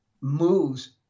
moves